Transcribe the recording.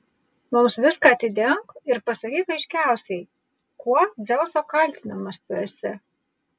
mums viską atidenk ir pasakyk aiškiausiai kuo dzeuso kaltinamas tu esi